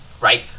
right